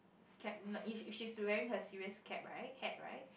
cap if she's wearing her serious cap right hat right